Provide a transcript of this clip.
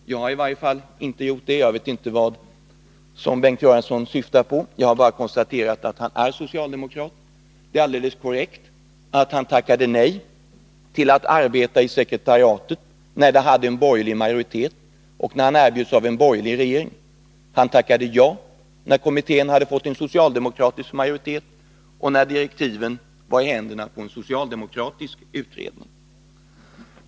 Jag har i varje fall inte gjort det. Jag vet inte vad Bengt Göransson syftar på. Jag har bara konstaterat att personen i fråga är socialdemokrat. Det är alldeles korrekt att han tackade nej till att arbeta i sekretariatet när detta hade en borgerlig majoritet och när erbjudandet kom från en borgerlig regering. Han tackade ja när kommittén hade fått en socialdemokratisk majoritet och när direktiven var i händerna på en socialdemokratisk regering.